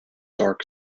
dark